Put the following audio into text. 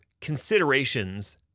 considerations